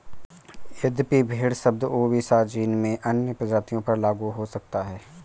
यद्यपि भेड़ शब्द ओविसा जीन में अन्य प्रजातियों पर लागू हो सकता है